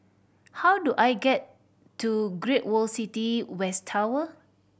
how do I get to Great World City West Tower